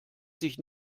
sich